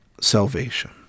salvation